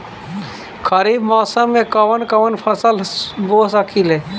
खरिफ मौसम में कवन कवन फसल बो सकि ले?